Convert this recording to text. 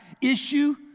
issue